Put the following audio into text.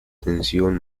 tensión